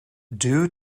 due